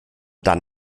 dann